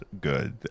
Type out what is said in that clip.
good